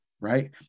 right